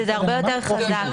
שזה הרבה יותר חזק.